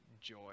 joy